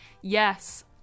Yes